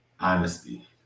Honesty